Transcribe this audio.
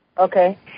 Okay